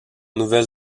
nouvelle